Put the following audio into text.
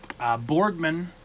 Borgman